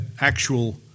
actual